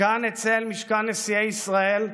מכאן אצא אל משכן נשיאי ישראל,